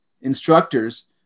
instructors